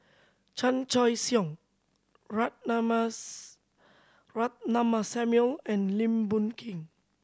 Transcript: Chan Choy Siong Rock Ratnammah Samuel and Lim Boon Keng